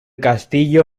castillo